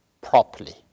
properly